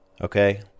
okay